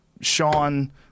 Sean